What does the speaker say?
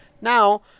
Now